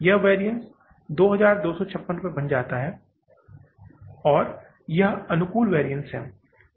यह वैरिअन्स 2256 रुपये बन जाता है और यह अनुकूल वैरिअन्स है